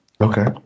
Okay